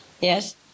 yes